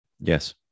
Yes